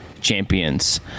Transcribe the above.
champions